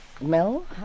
mel